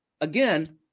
again